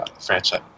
franchise